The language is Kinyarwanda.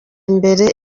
imbere